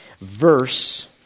verse